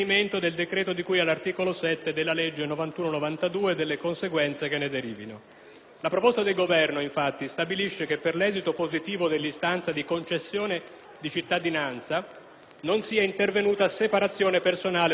La proposta del Governo infatti stabilisce che per l'esito positivo dell'istanza di concessione di cittadinanza non sia intervenuta separazione personale o divorzio, scioglimento o annullamento del matrimonio alla data di emissione del decreto stesso.